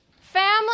Family